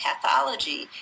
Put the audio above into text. pathology